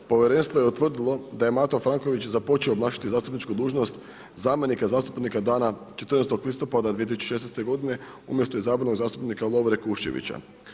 Povjerenstvo je utvrdilo da je Mato Franković započeo obnašati zastupničku dužnost zamjenika zastupnika dana14. listopada 2016. godine umjesto izabranog zastupnika Lovre Kuščevića.